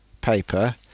paper